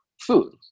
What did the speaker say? food